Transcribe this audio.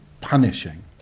punishing